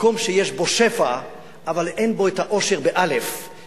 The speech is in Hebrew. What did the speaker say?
מקום שיש בו שפע אבל אין בו אושר